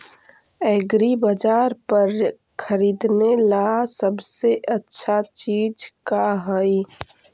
एग्रीबाजार पर खरीदने ला सबसे अच्छा चीज का हई?